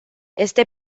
este